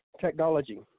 technology